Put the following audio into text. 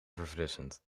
verfrissend